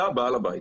אתה בעל הבית.